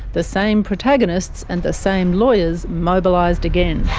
the same protagonists and the same lawyers mobilised again.